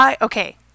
Okay